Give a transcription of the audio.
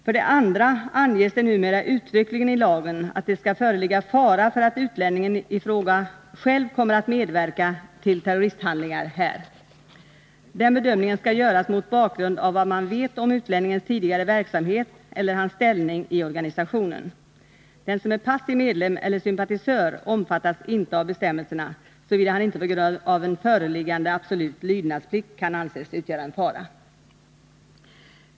För det andra anges det numera uttryckligen i lagen, att det skall föreligga fara för att utlänningen i fråga själv kommer att medverka till terroristhandlingar här. Den bedömningen skall göras mot bakgrund av vad man vet om utlänningens tidigare verksamhet eller hans ställning i organisationen. Den som är passiv medlem eller sympatisör omfattas inte av bestämmelserna, såvida han inte på grund av en föreliggande absolut lydnadsplikt kan anses utgöra en fara.